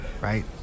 right